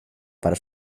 para